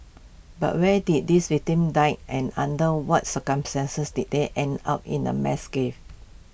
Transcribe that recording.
but when did these victims die and under what circumstances did they end up in A mass gave